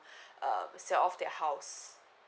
um sell off their house